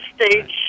stage